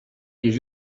you